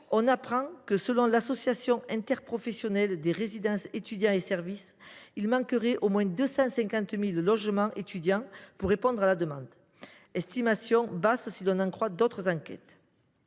on apprend que, selon l’Association interprofessionnelle des résidences étudiants et services, il manquerait au moins 250 000 logements étudiants pour répondre à la demande. Il s’agit d’une estimation basse, si l’on en croit d’autres enquêtes.